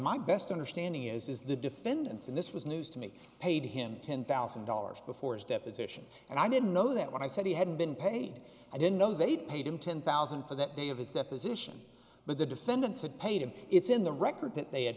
my best understanding is the defendants and this was news to me paid him ten thousand dollars before his deposition and i didn't know that when i said he hadn't been paid i didn't know they'd paid him ten thousand for that day of his deposition but the defendant to tatum it's in the record that they had